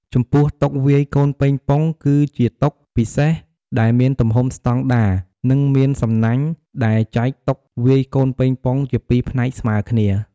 ចំពោះ តុវាយកូនប៉េងប៉ុង គឺជាតុពិសេសដែលមានទំហំស្តង់ដារ និងមានសំណាញ់ដែលចែកតុវាយកូនប៉េងប៉ុងជាពីផ្នែកស្មើគ្នា។